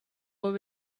were